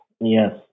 Yes